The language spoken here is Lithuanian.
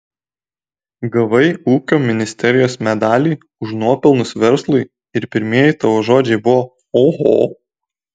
gavai ūkio ministerijos medalį už nuopelnus verslui ir pirmieji tavo žodžiai buvo oho